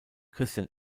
christian